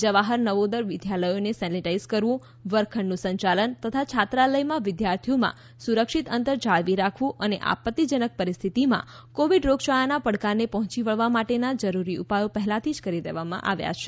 જવાહર નવોદર વિદ્યાલયોને સેનેટાઈઝ કરવું વર્ગખંડનું સંચાલન તથા છાત્રાલયમાં વિદ્યાર્થીઓમાં સુરક્ષિત અંતર જાળવી રાખવું અને આપત્તિજનક પરિસ્થિતિમાં કોવિડ રોગયાળાના પડકારને પહોંચી વળવા માટેના જરૂરી ઉપાયો પહેલાથી જ કરી દેવામાં આવ્યા છે